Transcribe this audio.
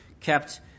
kept